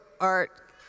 art